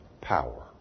power